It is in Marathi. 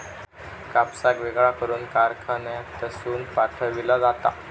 कापसाक वेगळा करून कारखान्यातसून पाठविला जाता